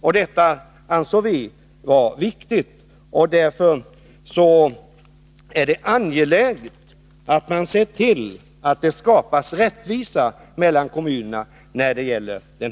Vi ansåg att detta var viktigt, och det är angeläget att se till att det skapas rättvisa mellan kommunerna i detta avseende.